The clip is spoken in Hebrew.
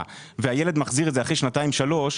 והילד מחזיר את זה אחרי שנתיים שלוש,